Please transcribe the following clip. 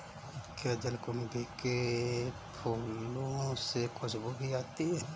क्या जलकुंभी के फूलों से खुशबू भी आती है